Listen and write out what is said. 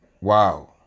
Wow